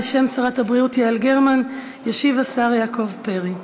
בשם שרת הבריאות יעל גרמן ישיב השר יעקב פרי.